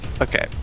Okay